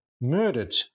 murdered